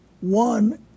One